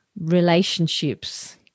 relationships